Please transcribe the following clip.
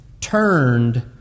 turned